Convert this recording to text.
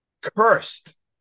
cursed